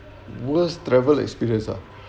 worst travel experience ah